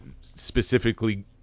specifically